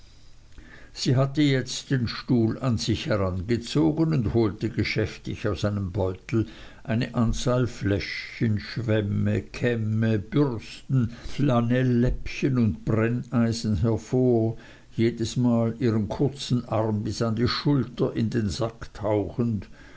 sie hatte jetzt den stuhl an sich herangezogen und holte geschäftig aus einem beutel eine anzahl fläschchen schwämme kämme bürsten flanelläppchen und brenneisen hervor jedesmal ihren kurzen arm bis an die schulter in den sack tauchend